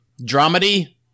dramedy